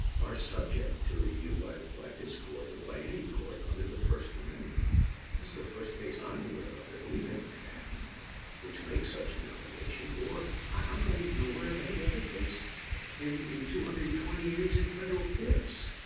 are subject to review by by this court or by any court under the first amendment. this is the first case i'm aware of that we've ever had which makes such an allegation or i'm not even aware of any other case in in two hundred and twenty years in federal courts.